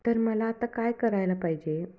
तर मला आता काय करायला पाहिजे